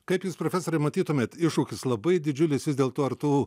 kaip jūs profesore matytumėt iššūkis labai didžiulis vis dėlto ar tų